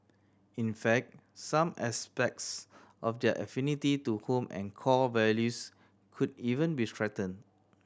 in fact some aspects of their affinity to home and core values could even be strengthened